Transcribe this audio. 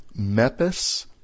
Mepis